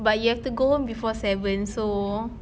but you have to go home before seven so